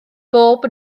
bob